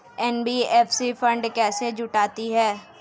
NBFC fund कैसे जुटाती है?